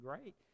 great